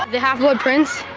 the half blood prince.